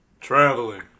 Traveling